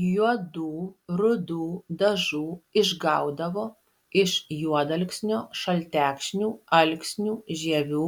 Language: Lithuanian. juodų rudų dažų išgaudavo iš juodalksnio šaltekšnių alksnių žievių